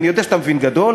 אני יודע שאתה מבין גדול,